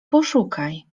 poszukaj